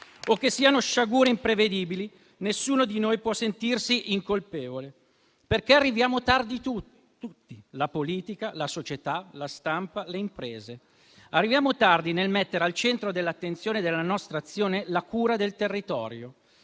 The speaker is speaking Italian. o che siano sciagure imprevedibili, nessuno di noi può sentirsi incolpevole, perché arriviamo tardi, tutti: la politica, la società, la stampa e le imprese. Arriviamo tardi nel mettere al centro dell'attenzione della nostra azione la cura del territorio.